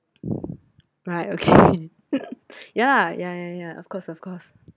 right okay ya ya ya ya of course of course